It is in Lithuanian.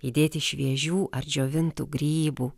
įdėti šviežių ar džiovintų grybų